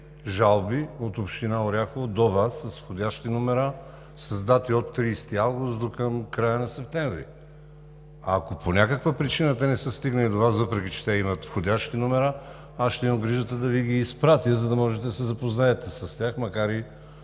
жалби от община Оряхово до Вас с входящи номера с дати от 30 август до към края на септември. Ако по някаква причина те не са стигнали до Вас, въпреки че имат входящи номера, аз ще имам грижата да Ви ги изпратя, за да можете да се запознаете с тях, макар и